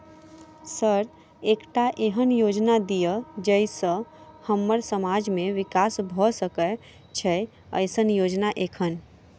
Sir एकटा एहन योजना दिय जै सऽ हम्मर समाज मे विकास भऽ सकै छैय एईसन योजना एखन?